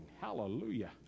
Hallelujah